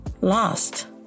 lost